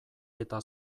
eta